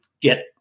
get